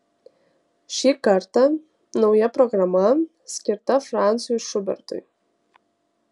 šį kartą nauja programa skirta francui šubertui